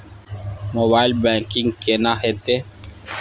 Mobile banking केना हेते?